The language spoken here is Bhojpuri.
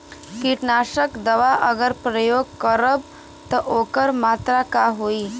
कीटनाशक दवा अगर प्रयोग करब त ओकर मात्रा का होई?